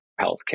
healthcare